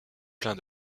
plein